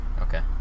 Okay